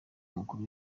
umukuru